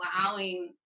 allowing